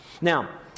Now